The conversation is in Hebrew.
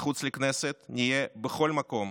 מחוץ לכנסת, נהיה בכל מקום,